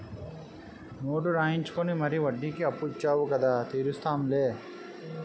note రాయించుకుని మరీ వడ్డీకి అప్పు ఇచ్చేవు కదా తీరుస్తాం లే